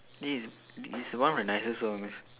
this is this is the one with the nicest one